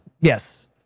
Yes